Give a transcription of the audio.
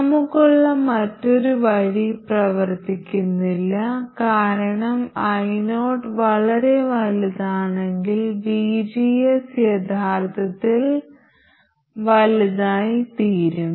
നമുക്കുള്ള മറ്റൊരു വഴി പ്രവർത്തിക്കുന്നില്ല കാരണം io വളരെ വലുതാണെങ്കിൽ vgs യഥാർത്ഥത്തിൽ വലുതായിത്തീരും